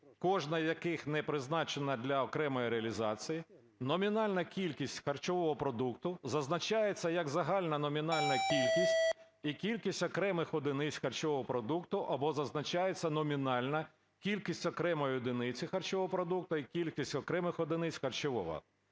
кожна з яких не призначена для окремої реалізації, номінальна кількість харчового продукту зазначається як загальна номінальна кількість і кількість окремих одиниць харчового продукту, або зазначається номінальна кількість окремої одиниці харчового продукту і кількість окремих одиниць харчового